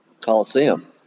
Coliseum